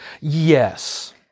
yes